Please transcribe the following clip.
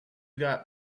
got